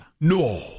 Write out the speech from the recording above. no